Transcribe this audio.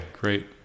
great